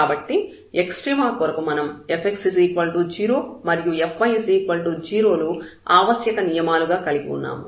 కాబట్టి ఎక్స్ట్రీమ కొరకు మనం fx0 మరియు fy0 లు ఆవశ్యక నియమాలుగా కలిగి ఉన్నాము